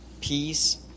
peace